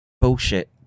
bullshit